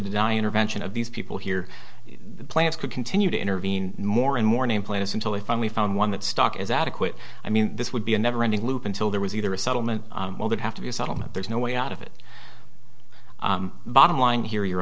die intervention of these people here the plants could continue to intervene more and more nameplates until they finally found one that stock is adequate i mean this would be a never ending loop until there was either a settlement would have to be a settlement there's no way out of it bottom line here your